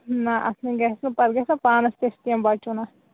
نہ اَتھ نےَ گژھِنہٕ پَتہٕ گژھِ نا پانَس کیُتھ کیٚنٛہہ بَچُن اَتھ